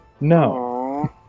No